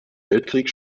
weltkrieg